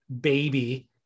baby